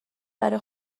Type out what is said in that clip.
برای